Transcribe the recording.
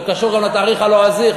זה קשור גם לתאריך הלועזי.